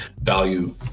value